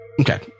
Okay